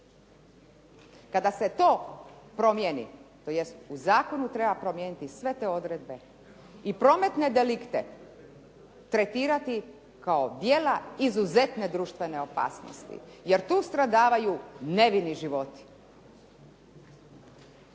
Kada se to promijeni, tj. u zakonu treba promijeniti sve te odredbe i prometne delikte tretirati kao djela izuzetne društvene opasnosti, jer tu stradavaju nevini životi.